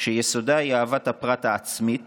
שיסודה היא אהבת הפרט העצמית